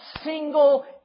single